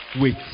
wait